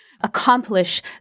accomplish